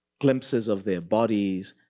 glimpses of their bodies,